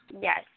Yes